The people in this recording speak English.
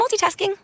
multitasking